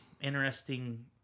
interesting